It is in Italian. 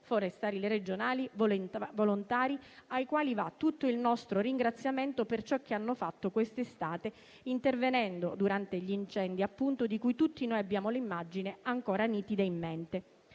Forestali regionali e volontari, ai quali va tutto il nostro ringraziamento per ciò che hanno fatto quest'estate intervenendo durante gli incendi di cui tutti noi abbiamo l'immagine ancora nitida in mente.